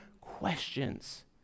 questions